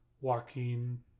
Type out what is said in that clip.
Joaquin